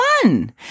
fun